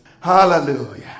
Hallelujah